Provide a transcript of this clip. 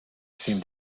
seem